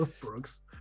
Brooks